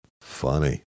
Funny